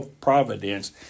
providence